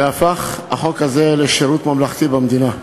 וזה הפך, לפי החוק הזה, לשירות ממלכתי במדינה.